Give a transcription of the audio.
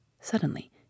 Suddenly